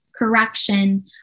correction